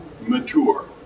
mature